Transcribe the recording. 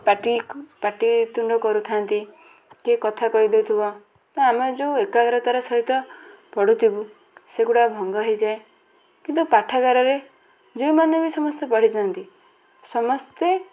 ପାଟି ପାଟିତୁଣ୍ଡ କରୁଥାନ୍ତି କିଏ କଥା କହିଦେଉଥିବ ତ ଆମେ ଯେଉଁ ଏକାଗ୍ରତାର ସହିତ ପଢ଼ୁଥିବୁ ସେଗୁଡ଼ାକ ଭଙ୍ଗ ହୋଇଯାଏ କିନ୍ତୁ ପାଠାଗାରାରେ ଯେଉଁମାନେ ବି ସମସ୍ତେ ପଢ଼ିଥାନ୍ତି ସମସ୍ତେ